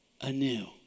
anew